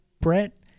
Brett